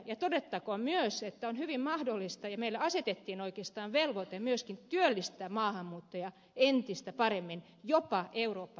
ja todettakoon myös että on hyvin mahdollista ja meille asetettiin oikeastaan velvoite myöskin työllistää maahanmuuttajia entistä paremmin jopa eurooppa neuvoston päätöksenä